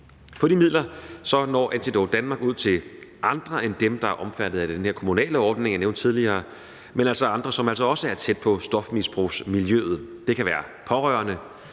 For de midler når Antidote Danmark ud til andre end dem, der er omfattet af den her kommunale ordning, jeg nævnte tidligere, men som altså også er tæt på stofmisbrugsmiljøet. Det kan være pårørende,